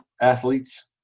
athletes